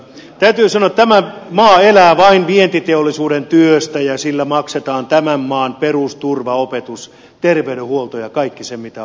täytyy sanoa että tämä maa elää vain vientiteollisuuden työstä ja sillä maksetaan tämän maan perusturva opetus terveydenhuolto ja kaikki se mikä on olemassa olevaa